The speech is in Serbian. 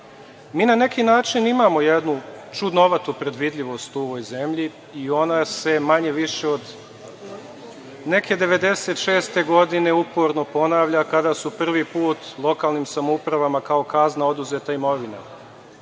na neki način imamo jednu čudnovatu predvidljivost u ovoj zemlji i ona se manje više od neke 1996. godine uporno ponavlja kada je prvi put lokalnim samoupravama kao kazna oduzeta imovina,